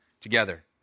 together